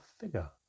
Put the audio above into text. figure